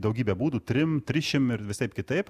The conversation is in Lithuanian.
daugybe būdų trim trisšim ir visaip kitaip